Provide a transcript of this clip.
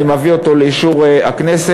אני מביא אותו לאישור הכנסת,